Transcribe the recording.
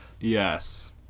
Yes